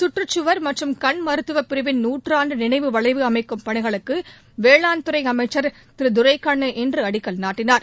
சுற்றுச்சுவர் மற்றும் கண் மருத்துவப் பிரிவின் நூற்றாண்டு நினைவு வளைவு அமைக்கும் பணிகளுக்கு வேளாண்த் துறை அமைச்சர் திரு துரைக்கண்ணு இன்று அடிக்கல் நாட்டினார்